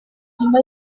nyuma